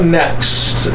next